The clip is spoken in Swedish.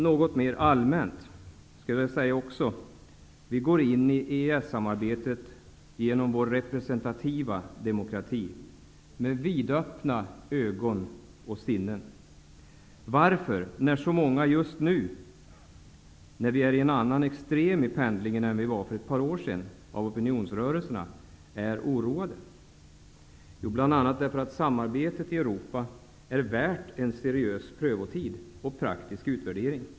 Något mera allmänt skulle jag vilja säga att vi går in i EES-samarbetet genom vår representativa demokrati med vidöppna ögon och sinnen. Varför gör vi det när vi nu befinner oss i ett annat extrem i pendlingen av opinionsrörelserna än vad vi var för ett par år sedan och när så många är oroade? Jo, vi gör det bl.a. för att samarbetet i Europa är värt en seriös prövotid och en praktisk utvärdering.